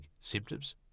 symptoms